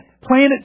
Planet